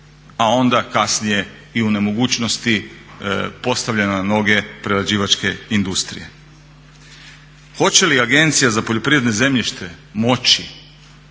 a onda kasnije i o nemogućnosti postavljanja na noge prerađivačke industrije. Hoće li Agencija za poljoprivredno zemljište moći